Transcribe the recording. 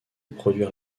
produire